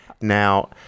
Now